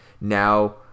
now